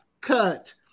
cut